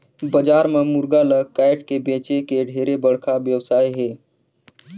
बजार म मुरगा ल कायट के बेंचे के ढेरे बड़खा बेवसाय हे